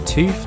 Two